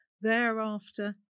Thereafter